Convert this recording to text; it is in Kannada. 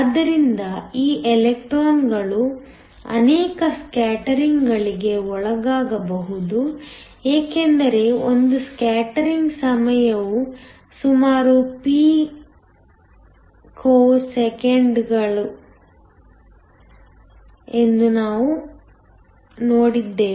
ಆದ್ದರಿಂದ ಈ ಎಲೆಕ್ಟ್ರಾನ್ಗಳು ಅನೇಕ ಸ್ಕ್ಯಾಟರಿಂಗ್ಗಳಿಗೆ ಒಳಗಾಗಬಹುದು ಏಕೆಂದರೆ ಒಂದು ಸ್ಕ್ಯಾಟರಿಂಗ್ ಸಮಯವು ಸುಮಾರು ಪಿಕೋಸೆಕೆಂಡ್ಗಳು ಎಂದು ನಾವು ನೋಡಿದ್ದೇವೆ